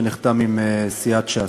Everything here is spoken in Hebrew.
שנחתם עם סיעת ש"ס,